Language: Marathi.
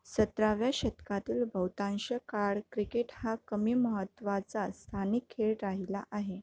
सतराव्या शतकातील बहुतांश काळ क्रिकेट हा कमी महत्त्वाचा स्थानिक खेळ राहिला आहे